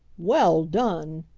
well done!